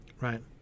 Right